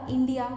India